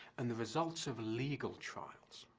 and the results of legal trials.